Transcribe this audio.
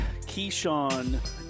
Keyshawn